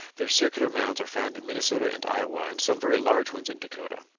their circular mounds are found in minnesota and iowa, and some very large ones in dakota.